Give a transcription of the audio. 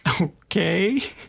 Okay